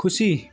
खुसी